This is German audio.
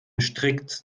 strikt